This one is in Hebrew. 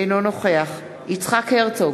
אינו נוכח יצחק הרצוג,